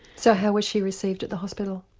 so how was she received at the hospital?